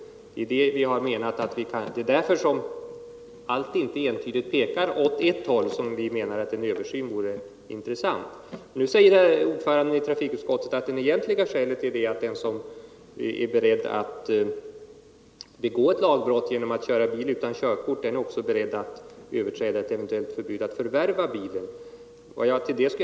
Det är därför att inte allt entydigt pekar åt ett håll som vi menar att en utredning vore intressant. Nu säger ordföranden i trafikutskottet att det egentliga skälet för utskottets ställningstagande är att den som är beredd att begå ett lagbrott 25 genom att köra bil utan körkort också är beredd att överträda ett eventuellt förbud mot att förvärva bil.